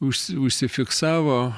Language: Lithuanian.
užsi užsifiksavo